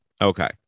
Okay